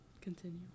Continue